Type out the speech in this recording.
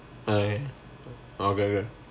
uh okay